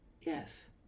Yes